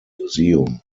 museum